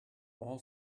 all